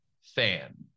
fan